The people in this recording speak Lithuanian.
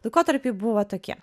laikotarpiai buvo tokie